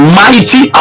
mighty